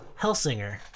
Hellsinger